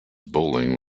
bowling